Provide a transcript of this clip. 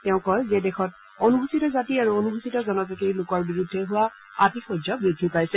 তেওঁ কয় যে দেশত অনুসূচিত জাতি আৰু অনুসূচিত জনজাতিৰ লোকৰ বিৰুদ্ধে হোৱা আতিশয্য বৃদ্ধি পাইছে